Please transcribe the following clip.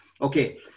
Okay